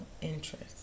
interest